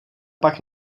pak